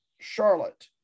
Charlotte